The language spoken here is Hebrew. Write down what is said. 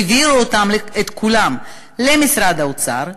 העבירו את כולם למשרד האוצר,